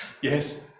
yes